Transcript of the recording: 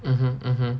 mmhmm mmhmm